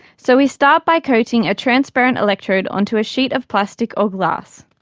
so we start by coating a transparent electrode onto a sheet of plastic or glass.